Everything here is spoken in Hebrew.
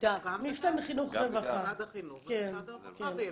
משרד החינוך ומשרד הרווחה ועיריית אשדוד.